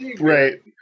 Right